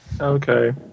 Okay